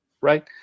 right